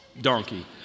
donkey